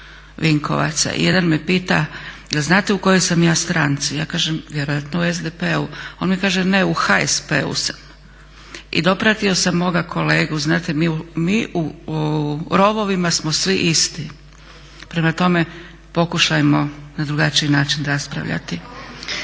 Vinkovaca. Jedan me pita jel znate u kojoj sam ja stranci, ja kažem vjerojatno u SDP-u, on mi kaže ne u HSP-u sam i dopratio sam moga kolegu, znate mi u rovovima smo svi isti. Prema tome, pokušajmo na drugačiji način raspravljati.